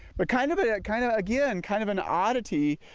but kind of kinda again, kind of an oddity,